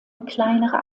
kleinere